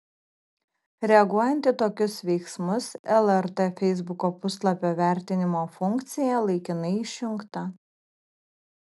reaguojant į tokius veiksmus lrt feisbuko puslapio vertinimo funkcija laikinai išjungta